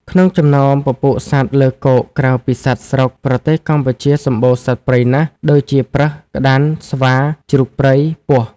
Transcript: ក្នុងចំណោមពពួកសត្វលើគោកក្រៅពីសត្វស្រុកប្រទេសកម្ពុជាសម្បូរសត្វព្រៃណាស់ដូចជាប្រើស ក្តាន់ ស្វា ជ្រូកព្រៃ ពស់។